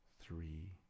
three